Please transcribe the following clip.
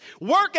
Work